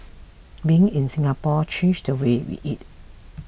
being in Singapore changed the way we eat